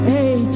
Hey